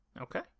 Okay